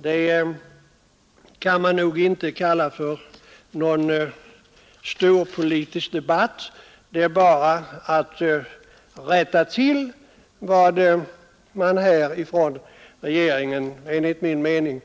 — Det kan man nog inte heller kalla för någon storpolitisk jordbruksdebatt, utan det är bara fråga om att rätta till vad regeringen har sagt. Där har man enligt min mening